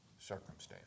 circumstance